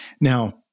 Now